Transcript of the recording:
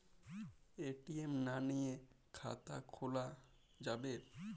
ATM না নিয়ে খাতা খোলা যাবে?